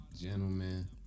Gentleman